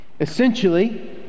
Essentially